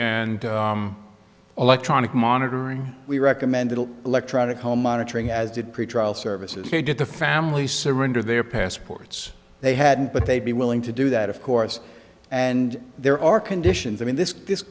and electronic monitoring we recommended an electronic home monitoring as did pretrial services here did the family surrender their passports they had but they'd be willing to do that of course and there are conditions i mean this this